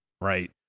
Right